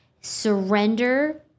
Surrender